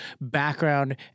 background